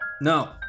No